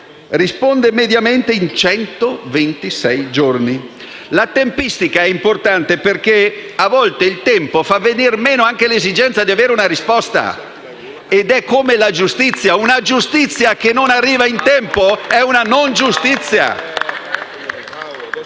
giorni. E ricordo che la tempistica è importante, perché a volte il tempo fa venir meno anche l'esigenza di avere una risposta. È come per la giustizia. Una giustizia che non arriva in tempo è una non giustizia.